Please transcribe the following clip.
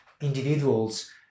individuals